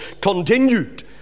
continued